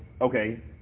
okay